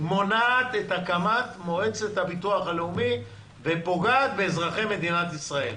מונעת את הקמת מועצת הביטוח הלאומי ופוגעת באזרחי מדינת ישראל.